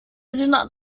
senat